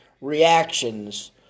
reactions